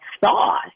thought